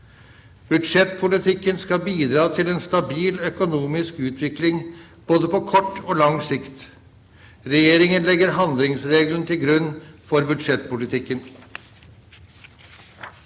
Budsjettpolitikken skal bidra til en stabil økonomisk utvikling både på kort og lang sikt. Regjeringen legger handlingsregelen til grunn for budsjettpolitikken.